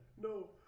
No